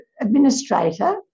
administrator